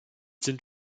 sind